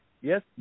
Yes